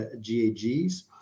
GAGs